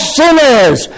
sinners